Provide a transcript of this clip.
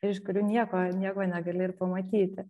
iš kurių nieko nieko negali ir pamatyti